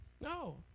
no